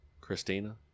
Christina